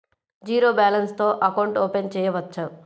Zero balance తో account open చేయవచ్చు?